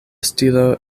stilo